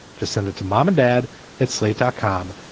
just send it to mom and dad at slate dot com.